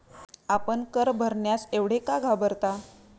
आपण कर भरण्यास एवढे का घाबरता?